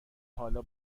حالا